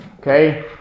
Okay